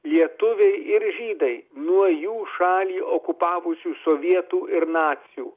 lietuviai ir žydai nuo jų šalį okupavusių sovietų ir nacių